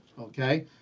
okay